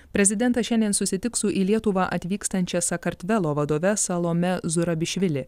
prezidentas šiandien susitiks su į lietuvą atvykstančia sakartvelo vadove salome zurabišvili